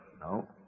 No